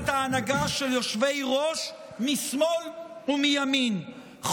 תחת ההנהגה של יושבי-ראש משמאל ומימין.